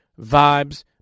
vibes